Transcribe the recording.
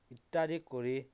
ইত্য়াদি কৰি